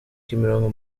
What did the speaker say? kimironko